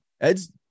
ed's